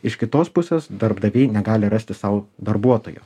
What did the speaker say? iš kitos pusės darbdaviai negali rasti sau darbuotojų